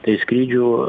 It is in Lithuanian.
tai skrydžių